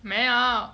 没有